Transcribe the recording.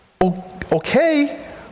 okay